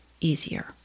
easier